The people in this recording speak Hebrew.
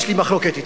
יש לי מחלוקת אתך.